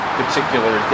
particular